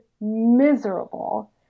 miserable